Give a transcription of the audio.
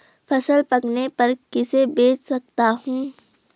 फसल पकने पर किसे बेच सकता हूँ?